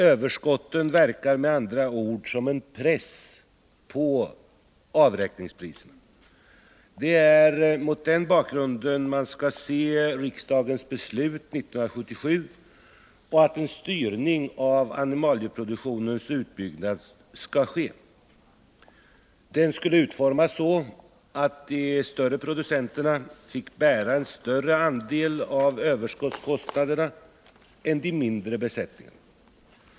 Överskotten verkar med andra ord som en press på avräkningspriset. Det är mot den bakgrunden man skall se riksdagens beslut 1977 om att en styrning av animalieproduktionens utbyggnad skall ske. Den skulle utformas så att de större producenterna fick bära en större andel av överskottskostnaderna än de mindre besättningarna.